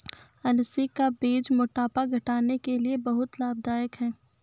अलसी का बीज मोटापा घटाने के लिए बहुत लाभदायक है